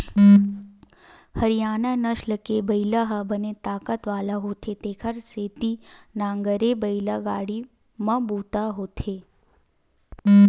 हरियाना नसल के बइला ह बने ताकत वाला होथे तेखर सेती नांगरए बइला गाड़ी म बूता आथे